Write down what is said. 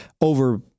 over